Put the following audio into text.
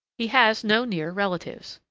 he has no near relatives.